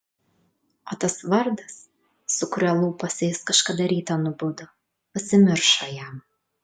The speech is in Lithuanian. o tas vardas su kuriuo lūpose jis kažkada rytą nubudo pasimiršo jam